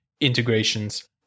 integrations